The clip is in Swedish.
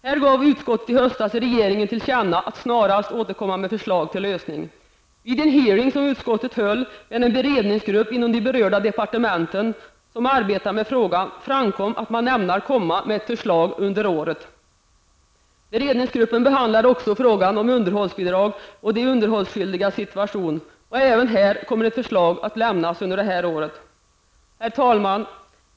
Här gav utskottet i höstas regeringen till känna att regeringen snarast bör återkomma med förslag till lösning. Vid den hearing som utskottet höll med den beredningsgrupp inom de berörda departementen som arbetar med frågan framkom att man ämnar komma med förslag under året. Beredningsgruppen behandlar också frågan om underhållsbidrag och de underhållsskyldigas situation. Även här kommer ett förslag att lämnas undet det här året. Herr talman!